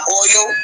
oil